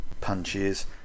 punches